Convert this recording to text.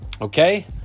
okay